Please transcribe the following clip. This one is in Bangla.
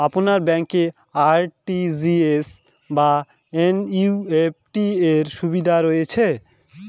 আপনার ব্যাংকে আর.টি.জি.এস বা এন.ই.এফ.টি র সুবিধা রয়েছে?